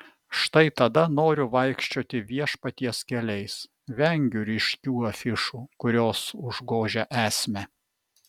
štai tada noriu vaikščioti viešpaties keliais vengiu ryškių afišų kurios užgožia esmę